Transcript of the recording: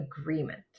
agreement